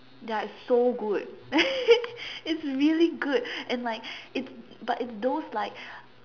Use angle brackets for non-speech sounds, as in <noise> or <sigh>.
ya it's so good <laughs> it's really good and like it's but it's those like